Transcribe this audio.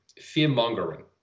fear-mongering